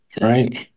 right